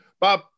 Bob